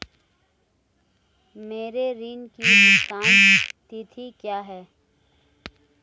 मेरे ऋण की भुगतान तिथि क्या है?